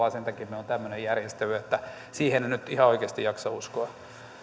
vain sen takia että meillä on tällainen järjestely siihen en nyt ihan oikeasti jaksa uskoa